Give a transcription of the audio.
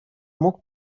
mógł